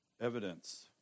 evidence